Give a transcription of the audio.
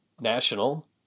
national